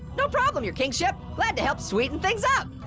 no problem, your kingship. glad to help sweeten things up.